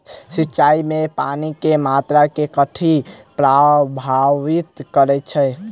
सिंचाई मे पानि केँ मात्रा केँ कथी प्रभावित करैत छै?